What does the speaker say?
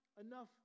enough